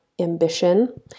ambition